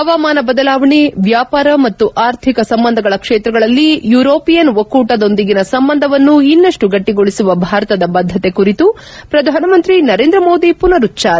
ಹವಾಮಾನ ಬದಲಾವಣೆ ವ್ಯಾಪಾರ ಮತ್ತು ಆರ್ಥಿಕ ಸಂಬಂಧಗಳ ಕ್ಷೇತ್ರಗಳಲ್ಲಿ ಯುರೋಪಿಯನ್ ಒಕ್ಕೂ ಟದೊಂದಿಗಿನ ಸಂಬಂಧವನ್ನು ಇನ್ನಷ್ಟು ಗಟ್ಟಿಗೊಳಿಸುವ ಭಾರತದ ಬದ್ದತೆ ಕುರಿತು ಪ್ರಧಾನಮಂತ್ರಿ ನರೇಂದ್ರ ಮೋದಿ ಪುನರುಚ್ಚಾರ